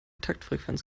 taktfrequenz